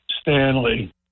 Stanley